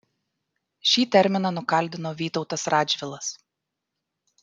šį terminą nukaldino vytautas radžvilas